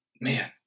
man